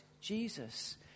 Jesus